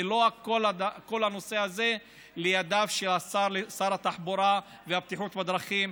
ושלא כל הנושא הזה יהיה בידיו של שר התחבורה והבטיחות בדרכים.